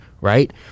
right